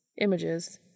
Images